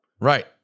Right